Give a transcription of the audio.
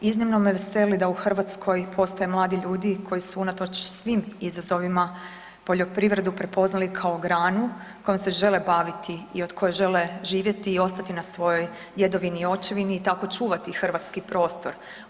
Iznimno me veseli da u Hrvatskoj postoje mladi ljudi koji su unatoč svim izazovima, poljoprivredu prepoznali kao granu kojom se žele baviti i od koje žele živjeti i ostati na svojoj djedovini i očevini i tako čuvati hrvatski prostor.